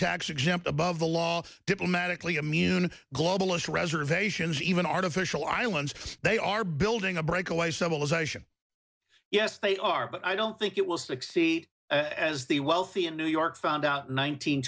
tax exempt above the law diplomatically immune globalist reservations even artificial islands they are building a breakaway civilization yes they are but i don't think it will succeed as the wealthy in new york found out